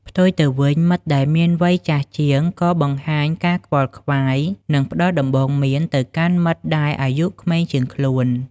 ផ្ទុយទៅវិញ មិត្តដែលមានវ័យចាស់ជាងក៏បង្ហាញការខ្វល់ខ្វាយ និងផ្តល់ដំបូន្មានទៅកាន់មិត្តដែលអាយុក្មេងជាងខ្លួនដែរ។